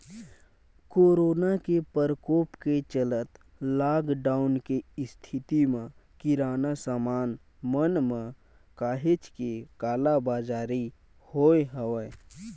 corona के परकोप के चलत लॉकडाउन के इस्थिति म किराना समान मन म काहेच के कालाबजारी होय हवय